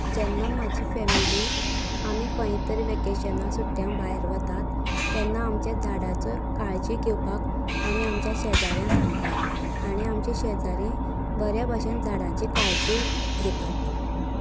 जेन्ना माजी फॅमिली आमी खंयतरी वेकेशनां सुट्ट्या भायर वतात तेन्ना आमच्या झाडांची काळजी घेवपाक आमी आमच्या शेजाऱ्यां सांगतात आनी आमचे शेजारी बरे भाशेन झाडांची काळजी घेतात